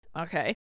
okay